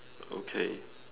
okay